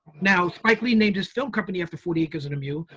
now, spike lee named his film company after forty acres and a mule.